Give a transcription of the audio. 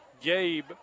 Gabe